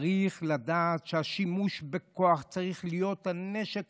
צריך לדעת שהשימוש בכוח צריך להיות הנשק